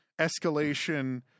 escalation